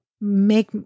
make